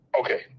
Okay